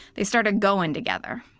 they started going together.